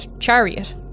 chariot